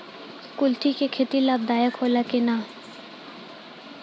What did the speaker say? कुलथी के खेती लाभदायक होला कि न?